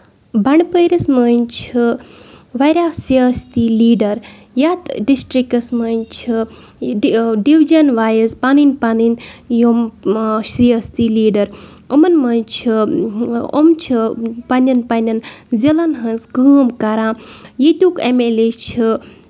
بَٛنڈپٲرِس منٛز چھِ واریاہ سِیٲسَتی لیٖڈر یَتھ ڈِسٹرکَس منٛز چھِ ڈِوجن وایِز پَنٕنۍ پَنٕنۍ یِم سِیٲسِتی لیٖڈر یِمَن منٛز چھِ یِم چھِ پَنٕنٮ۪ن پَنٕنٮ۪ن ضلعن ہٕنز کٲم کَران ییٚتیُک ایم ایل اے چھُ